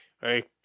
Hey